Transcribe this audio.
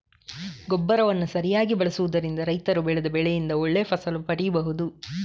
ಗೊಬ್ಬರವನ್ನ ಸರಿಯಾಗಿ ಬಳಸುದರಿಂದ ರೈತರು ಬೆಳೆದ ಬೆಳೆಯಿಂದ ಒಳ್ಳೆ ಫಸಲು ಪಡೀಬಹುದು